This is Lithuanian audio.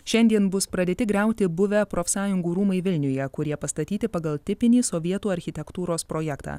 šiandien bus pradėti griauti buvę profsąjungų rūmai vilniuje kurie pastatyti pagal tipinį sovietų architektūros projektą